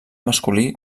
masculí